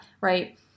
right